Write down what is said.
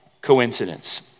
coincidence